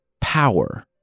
power